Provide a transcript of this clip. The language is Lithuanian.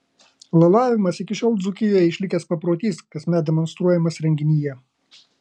lalavimas iki šiol dzūkijoje išlikęs paprotys kasmet demonstruojamas renginyje